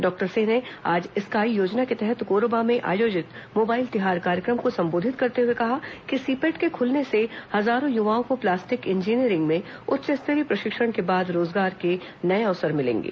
doctor Singh ने आज SKY योजना के तहत कोरबा में आयोजित मोबाइल तिहार कार्य क्र म को संबोधित करते हुए कहा कि सीपेट के खुलने से हजारों युवाओं को प्लास्टिक इंजीनियरिंग में उच्च स्तरीय प्रशिक्षण के बाद रोजगार के नए अवसर मिलेंगे